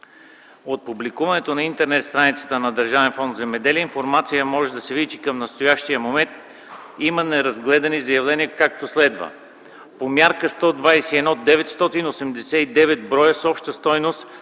От публикуваната на интернет страницата на ДФ „Земеделие” информация може да се види, че към настоящия момент има неразгледани заявления, както следва: - по Мярка 121 – 989 бр. с обща стойност